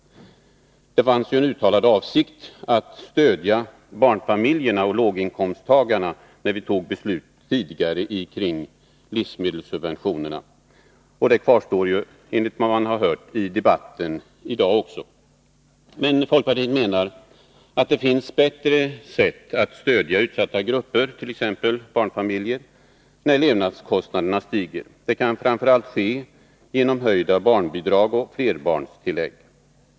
När vi fattade beslut om livsmedelssubventionerna fanns det en uttalad avsikt att stödja barnfamiljerna och låginkomsttagarna. Enligt vad man har hört i debatten i dag kvarstår detta. Men folkpartiet menar att det finns bättre sätt att stödja utsatta grupper, t.ex. barnfamiljer, när levnadskostnaderna stiger. Det kan framför allt ske genom höjda barnbidrag och flerbarnstillägg.